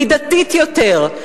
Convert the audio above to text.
מידתית יותר,